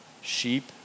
Sheep